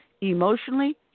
emotionally